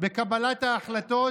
בקבלת ההחלטות